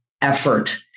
effort